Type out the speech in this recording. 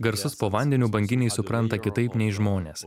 garsus po vandeniu banginiai supranta kitaip nei žmonės